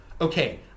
okay